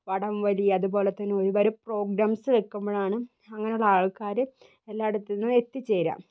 വടംവലി അതുപോലെതന്നെ ഒരുപാട് പ്രോഗ്രാംസ് വെയ്ക്കുമ്പോഴാണ് അങ്ങനെയുള്ള ആൾക്കാർ എല്ലായിടത്തു നിന്നും എത്തിച്ചേരുക